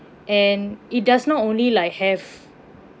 and it does not only like have